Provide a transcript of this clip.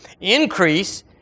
Increase